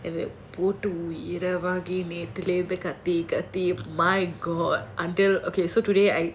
போட்டு நேத்துல இருந்து கத்தி கத்தி:pottu nethula irunthu kaththi kaththi my god until okay so today I